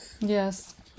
Yes